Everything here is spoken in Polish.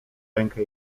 rękę